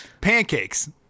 Pancakes